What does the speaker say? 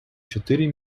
чотири